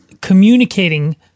communicating